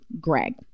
Greg